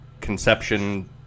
conception